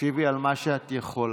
תשיבי על מה שאת יכולה.